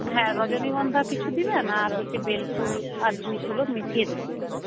হ্যাঁ রজনীগন্ধা কিছু দেবেন আর হচ্ছে বেল ফুল আর জুঁই ফুলও মিশিয়ে দিতে দেবেন